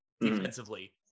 defensively